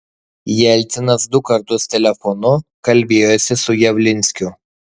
jelcinas du kartus telefonu kalbėjosi su javlinskiu